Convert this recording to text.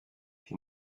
die